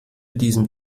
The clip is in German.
diesem